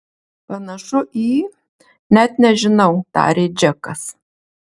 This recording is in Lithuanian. panašu į net nežinau tarė džekas